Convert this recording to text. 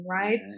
right